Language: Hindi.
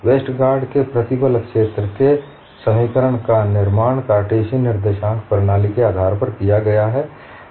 वेस्टरगार्ड के प्रतिबल क्षेत्र के समीकरण का निर्माण कार्टेशियन निर्देशांक प्रणाली के आधार पर किया गया है